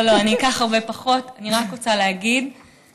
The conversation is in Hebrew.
יאללה, יאללה, רציתי לברך אותך על ההישג.